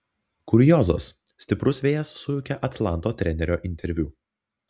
kuriozas stiprus vėjas sujaukė atlanto trenerio interviu